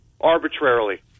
arbitrarily